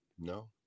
No